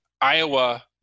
Iowa